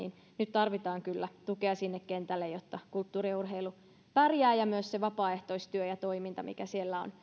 tarvitaan kyllä tukea sinne kentälle jotta kulttuuri ja urheilu pärjäävät ja myös se vapaaehtoistyö ja toiminta mikä siellä on